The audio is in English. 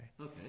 Okay